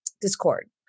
discord